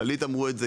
כללית אמרו את זה,